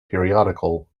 periodical